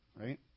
right